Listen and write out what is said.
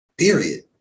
Period